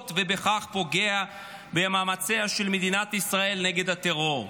ובכך פוגע במאמציה של מדינת ישראל נגד הטרור.